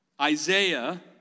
Isaiah